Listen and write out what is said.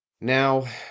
Now